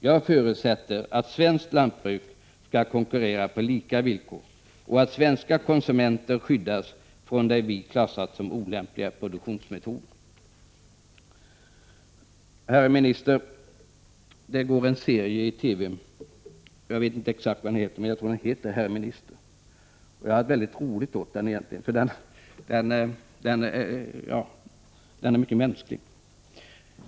Jag förutsätter att svenskt lantbruk skall konkurrera på lika villkor, och att svenska konsumenter skyddas för det vi klassar som olämpliga produktionsmetoder. Det har gått en serie i TV som hette ”Ja visst, herr minister!” Jag har roligt åt den för den är mycket mänsklig.